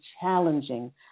challenging